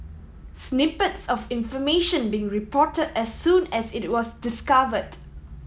snippets of information being report as soon as it was discovered